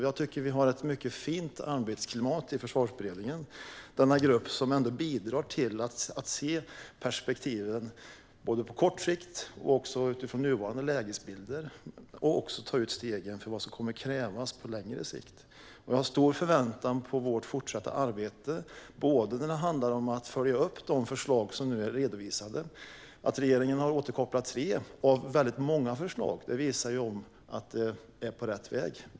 Jag tycker att vi har ett mycket fint arbetsklimat i Försvarsberedningen - denna grupp som ändå bidrar till att se perspektiven både på kort sikt, utifrån nuvarande lägesbilder, och när det gäller att ta ut stegen för vad som kommer att krävas på längre sikt. Jag har stora förväntningar på vårt fortsatta arbete när det handlar om att följa upp de förslag som nu är redovisade. Regeringen har återkopplat tre av många förslag, och det visar att vi är på rätt väg.